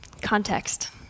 context